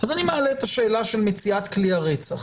אז אני מעלה את השאלה של מציאת כלי הרצח.